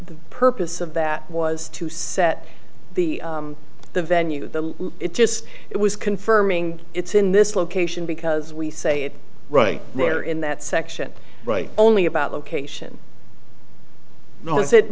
purpose of that was to set the the venue the it just it was confirming it's in this location because we say it right there in that section right only about location no is it